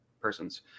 persons